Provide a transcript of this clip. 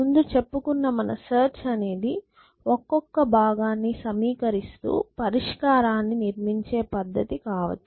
ముందు చెప్పుకున్న మన సెర్చ్ అనేది ఒక్కొక్క భాగాన్ని సమీకరిస్తూ పరిష్కారాన్ని నిర్మించే పద్ధతి కావచ్చు